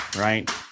right